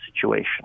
situation